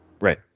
Right